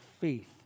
faith